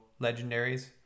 legendaries